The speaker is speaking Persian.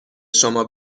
شما